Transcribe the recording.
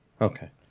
Okay